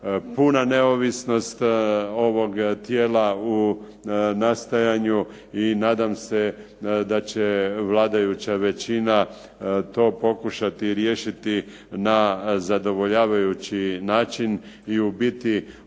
puna neovisnost ovog tijela u nastajanju i nadam se da će vladajuća većina to pokušati riješiti na zadovoljavajući način i u biti